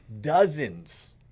dozens